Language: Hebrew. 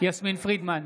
יסמין פרידמן,